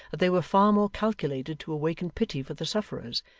that they were far more calculated to awaken pity for the sufferers,